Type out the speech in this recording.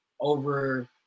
over